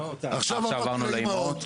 עכשיו עברנו לאימהות.